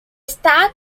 state